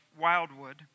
Wildwood